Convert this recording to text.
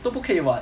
都不可以 [what]